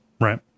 Right